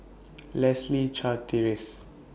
Leslie Charteris